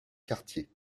quartier